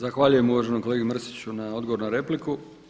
Zahvaljujem uvaženom kolegi Mrsiću na odgovoru na repliku.